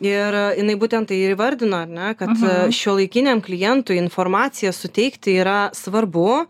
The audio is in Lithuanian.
ir jinai būtent tai ir įvardino ar ne kad šiuolaikiniam klientui informaciją suteikti yra svarbu